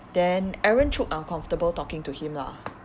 then aaron true I'm comfortable to talking to him lah